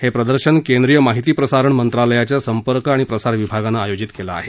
हे प्रदर्शन केंद्रीय माहिती प्रसारण मंत्रालयाच्या संपर्क आणि प्रसार विभागानं आयोजित केलं आहे